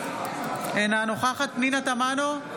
אינה נוכחת פנינה תמנו,